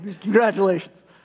congratulations